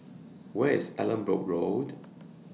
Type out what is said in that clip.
Where IS Allanbrooke Road